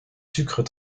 sucres